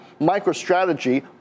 MicroStrategy